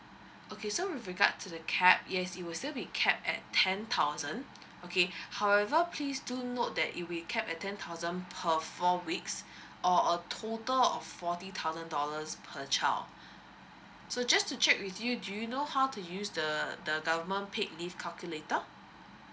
okay so with regards to the cap yes it will still be cap at ten thousand okay however please do note that if we cap a ten thousand per of four weeks or a total of forty thousand dollars per child so just to check with you do you know how to use the the government paid leave calculator